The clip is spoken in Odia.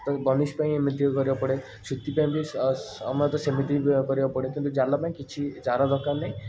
ତ ବନିଶ ପାଇଁ ଏମିତି କରିବାକୁ ପଡ଼େ ସେଥିପାଇଁ ବି ସମସ୍ତେ କରିବାକୁ ପଡ଼େ କିନ୍ତୁ ଜାଲ ପାଇଁ କିଛି ବି ଚାରା ଦରକାର ନାହିଁ